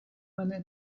мене